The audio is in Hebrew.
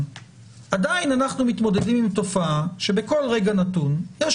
עדיין אנחנו מתמודדים עם תופעה שבכל רגע נתון יש